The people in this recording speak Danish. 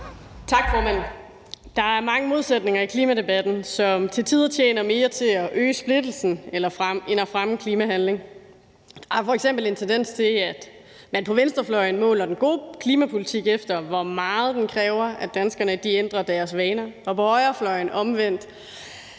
Tak, formand. Der er mange modsætninger i klimadebatten, som til tider tjener mere til at øge splittelsen end at fremme klimahandling. Der er f.eks. en tendens til, at man på venstrefløjen måler den gode klimapolitik efter, hvor meget den kræver at danskerne ændrer deres vaner, mens man på højrefløjen omvendt